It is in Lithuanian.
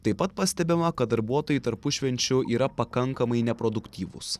taip pat pastebima kad darbuotojai tarpušvenčiu yra pakankamai neproduktyvūs